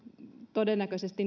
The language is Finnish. todennäköisesti